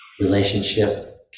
relationship